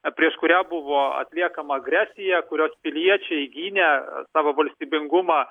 prieš kurią buvo atliekama agresija kurios piliečiai gynė savo valstybingumą